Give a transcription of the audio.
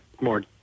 more